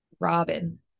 robin